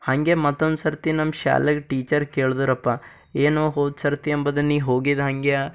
ಹಂಗೆ ಮತ್ತೊಂದುಸರ್ತಿ ನಮ್ಮ ಶಾಲ್ಯಾಗ ಟೀಚರ್ ಕೇಳದರಪ್ಪಾ ಏನು ಹೋದಸರ್ತಿ ಎಂಬುದ ನೀ ಹೋಗಿಲ್ಲ ಹಂಗೆ